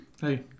Hey